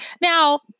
Now